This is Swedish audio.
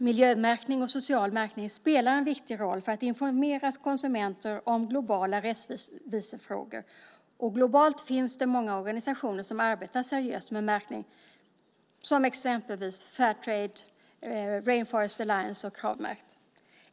Miljömärkning och social märkning spelar en viktig roll för att informera konsumenter om globala rättvisefrågor. Globalt finns det många organisationer som arbetar seriöst med märkning som exempelvis Fair Trade, Rainforest Alliance och Krav.